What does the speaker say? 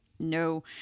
no